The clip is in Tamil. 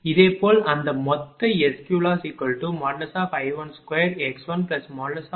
இதேபோல் அந்த மொத்த SQLossI12x1I22x2I32x3MVAB×1000 kW0